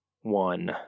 one